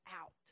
out